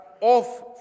off